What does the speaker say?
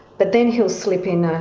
but then he'd slip in a,